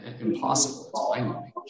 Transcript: Impossible